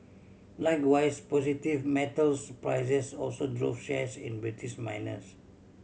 likewise positive metals prices also drove shares in British miners